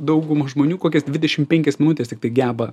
dauguma žmonių kokias dvidešim penkias minutes tiktai geba